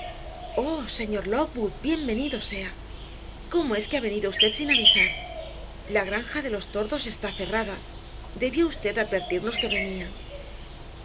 oh señor lockwood bien venido sea cómo es que ha venido usted sin avisar la granja de los tordos está cerrada debió usted advertirnos que venía